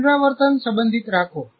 પુનરાવર્તન સંબંધિત રાખો